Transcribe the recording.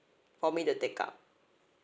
for me to take up